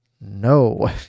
No